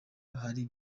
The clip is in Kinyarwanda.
hari